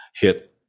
hit